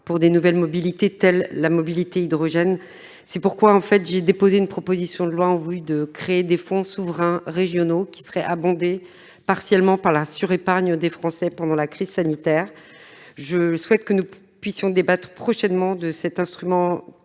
de nouvelles mobilités, telles que la mobilité hydrogène. C'est pourquoi j'ai déposé une proposition de loi en vue de créer des fonds souverains régionaux, qui seraient abondés partiellement par la sur-épargne des Français pendant la crise sanitaire. Je souhaite que nous puissions débattre prochainement de cet instrument